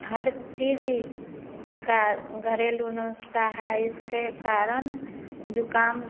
हर चीज का घरेलू नुस्खा है इसके कारण ज़ुकाम